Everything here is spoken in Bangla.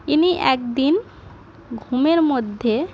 ইনি এক দিন ঘুমের মধ্যে